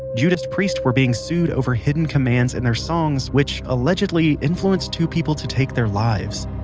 judas priest were being sued over hidden commands in their songs which allegedly influenced two people to take their lives.